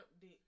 dick